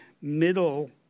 middle